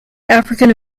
african